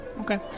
Okay